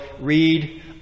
read